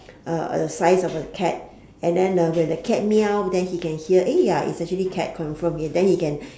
a a size of a cat and then uh when the cat meow then he can hear eh ya it's actually cat confirm then he can